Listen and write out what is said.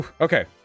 Okay